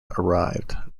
arrived